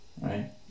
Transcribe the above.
right